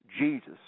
Jesus